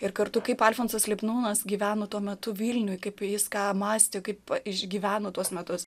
ir kartu kaip alfonsas lipnūnas gyveno tuo metu vilniuj kaip jis ką mąstė kaip išgyveno tuos metus